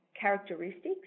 characteristics